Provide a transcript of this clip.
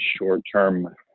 short-term